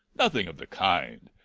nothing of the kind.